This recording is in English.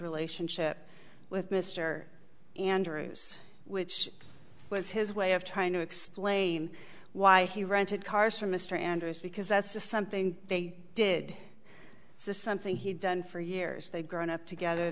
relationship with mr andrews which was his way of trying to explain why he rented cars from mr andrews because that's just something they did something he'd done for years they've grown up together